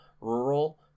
rural